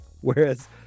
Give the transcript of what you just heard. whereas